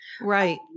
Right